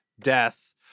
death